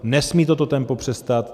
Nesmí toto tempo přestat.